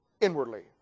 Inwardly